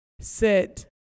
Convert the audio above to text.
sit